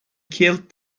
killed